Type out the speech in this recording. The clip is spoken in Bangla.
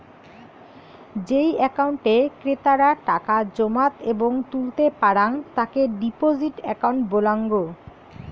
যেই একাউন্টে ক্রেতারা টাকা জমাত এবং তুলতে পারাং তাকে ডিপোজিট একাউন্ট বলাঙ্গ